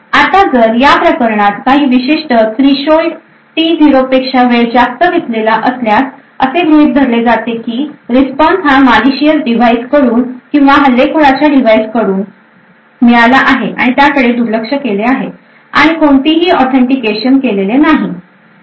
आता जर या प्रकरणात काही विशिष्ट थ्रीशोल्ड टी 0 पेक्षा वेळ जास्त घेतलेला असल्यास असे गृहित धरले जाते की रिस्पॉन्स हा मालिशीअस डिव्हाइसकडून किंवा हल्लेखोराच्या डिव्हाइसकडून मिळला आहे आणि त्याकडे दुर्लक्ष केले आहे आणि कोणतीही ऑथेंटिकेशनकेले नाही आहे